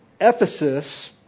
Ephesus